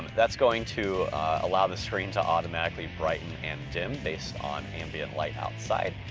that's going to allow the screen to automatically brighten and dim based on ambient light outside.